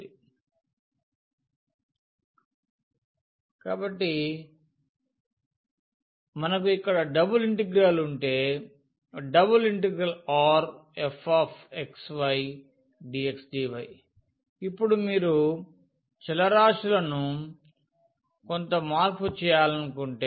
cdfgtg dt కాబట్టి మనకు ఇక్కడ డబుల్ ఇంటిగ్రల్ ఉంటే ∬Rfx ydx dy ఇప్పుడు మీరు చలరాశులను కొంత మార్పు చేయాలనుకుంటే